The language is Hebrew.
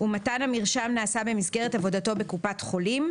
ומתן המרשם נעשה במסגרת עבודתו בקופת חולים,